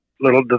little